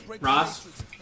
Ross